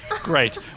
Great